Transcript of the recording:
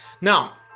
Now